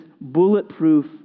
bulletproof